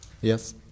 Yes